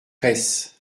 reiss